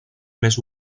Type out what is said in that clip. més